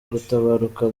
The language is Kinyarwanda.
gutabaruka